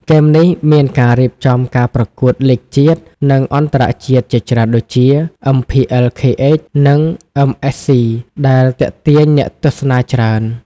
ហ្គេមនេះមានការរៀបចំការប្រកួតលីគជាតិ និងអន្តរជាតិជាច្រើនដូចជា អឹមភីអិលខេអេច និងអឹមអេសសុីដែលទាក់ទាញអ្នកទស្សនាច្រើន។